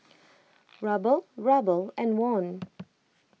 Ruble Ruble and Won